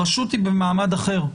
הרשות היא במעמד אחר,